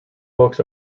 books